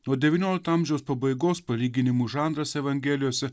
nuo devyniolikto amžiaus pabaigos palyginimų žanras evangelijose